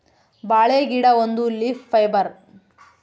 ಬಾಳೆ ಗಿಡ ಒಂದು ಲೀಫ್ ಫೈಬರ್